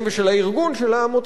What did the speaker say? של העמותה שאותם הם הקימו,